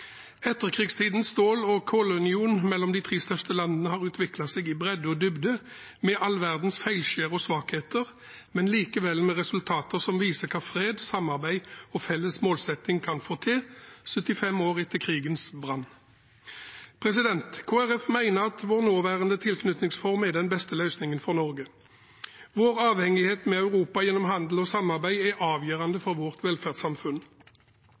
Etterkrigstidens stål- og kullunion mellom de tre største landene har utviklet seg i bredde og dybde, med all verdens feilskjær og svakheter, men likevel med resultater som viser hva fred, samarbeid og felles målsetting kan få til, 75 år etter krigens brann. Kristelig Folkeparti mener at vår nåværende tilknytningsform er den beste løsningen for Norge. Vår avhengighet av Europa gjennom handel og samarbeid er avgjørende for vårt velferdssamfunn.